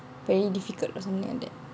very difficult or something like that